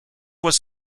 was